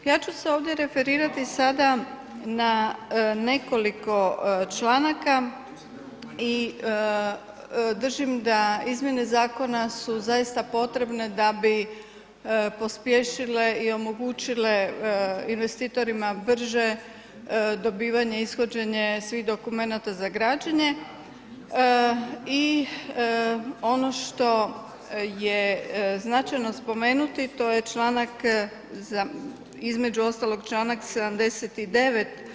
Ja ću se ovdje referirati sada na nekoliko članaka i držim da izmjene zakona su zaista potrebne da bi pospješile i omogućile investitorima brže dobivanje, ishođenje svih dokumenata za građenje i ono što je značajno spomenuti to je članak, između ostalog članak 79.